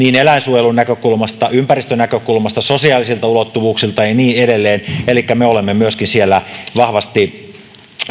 eläinsuojelun näkökulmasta ympäristönäkökulmasta sosiaalisilta ulottuvuuksilta ja niin edelleen elikkä me olemme myöskin siellä vahvasti